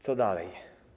Co dalej?